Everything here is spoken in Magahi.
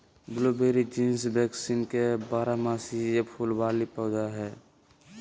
ब्लूबेरी जीनस वेक्सीनियम के बारहमासी फूल वला पौधा हइ